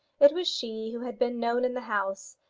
it was she who had been known in the house,